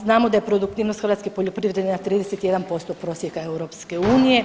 Znamo da je produktivnost hrvatske poljoprivrede na 31% prosjeka EU.